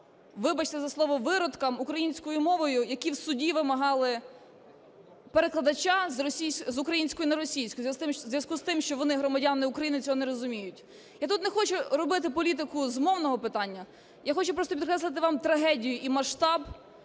вибачте за слово, виродкам, українською мовою, які в суді вимагали перекладача з української на російську в зв'язку з тим, що вони громадяни України і цього не розуміють. Я тут не хочу робити політику з мовного питання. Я хочу просто підкреслити вам трагедію і масштаб